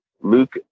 Luke